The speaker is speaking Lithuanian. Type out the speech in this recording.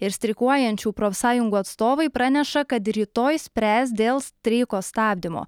ir streikuojančių profsąjungų atstovai praneša kad rytoj spręs dėl streiko stabdymo